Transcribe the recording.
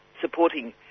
supporting